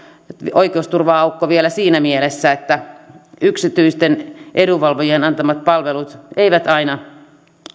oikeusturva aukko vielä siinä mielessä että yksityisten edunvalvojien antamat palvelut eivät aina